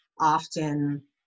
Often